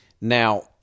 Now